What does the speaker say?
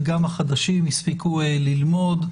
וגם החדשים הספיקו ללמוד,